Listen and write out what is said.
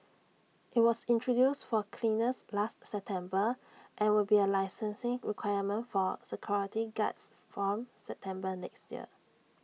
IT was introduced for cleaners last September and will be A licensing requirement for security guards from September next year